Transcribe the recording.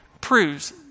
proves